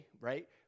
right